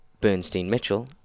Bernstein-Mitchell